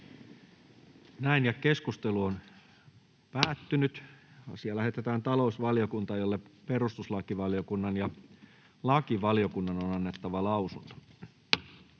ehdottaa, että asia lähetetään talousvaliokuntaan, jolle perustuslakivaliokunnan ja lakivaliokunnan on annettava lausunto.